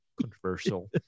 controversial